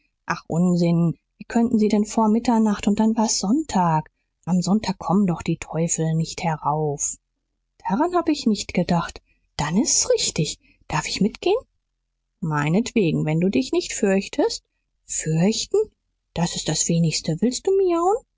ach unsinn wie konnten sie's denn vor mitternacht und dann war's sonntag am sonntag kommen doch die teufel nicht herauf daran hab ich nicht gedacht dann ist's richtig darf ich mitgehen meinetwegen wenn du dich nicht fürchtest fürchten das ist das wenigste willst du